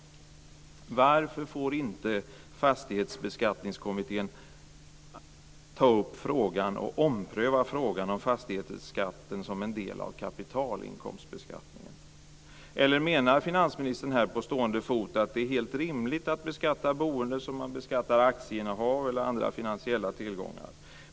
Varför får inte Fastighetsbeskattningskommittén ompröva frågan om fastighetsskatten som en del av kapitalinkomstbeskattningen? Eller menar finansministern här på stående fot att det är helt rimligt att beskatta boende som man beskattar aktieinnehav eller andra finansiella tillgångar?